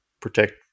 protect